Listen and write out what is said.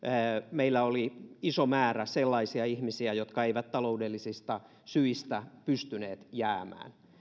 meillä oli iso määrä sellaisia ihmisiä jotka eivät taloudellisista syistä pystyneet jäämään